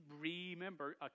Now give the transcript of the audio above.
remember